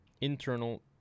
Internal